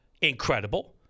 incredible